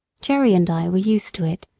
jerry and i were used to it,